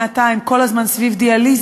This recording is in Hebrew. מעתה הם כל הזמן הם סביב דיאליזה,